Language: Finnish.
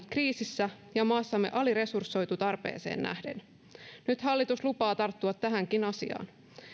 kriisissä ja maassamme aliresursoitu tarpeeseen nähden nyt hallitus lupaa tarttua tähänkin asiaan